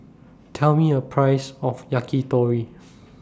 Tell Me A Price of Yakitori